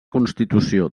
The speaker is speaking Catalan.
constitució